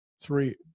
three